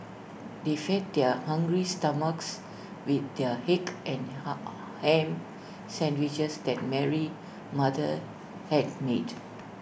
they fed their hungry stomachs with the egg and Ham Sandwiches that Mary's mother had made